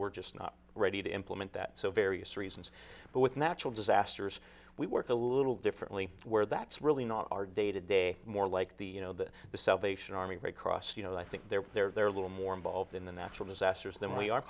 we're just not ready to implement that so various reasons but with natural disasters we work a little differently where that's really not our day to day more like the salvation army red cross you know i think they're there they're a little more involved in the natural disasters than we are